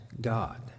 God